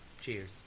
Cheers